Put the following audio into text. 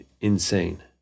insane